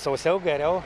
sausiau geriau